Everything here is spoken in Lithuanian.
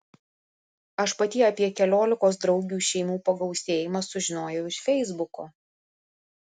aš pati apie keliolikos draugių šeimų pagausėjimą sužinojau iš feisbuko